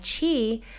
Chi